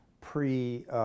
pre